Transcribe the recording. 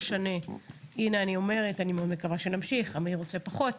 אני מאוד מקווה שנמשיך, אמיר רוצה פחות,